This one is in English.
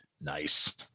Nice